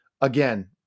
again